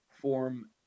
form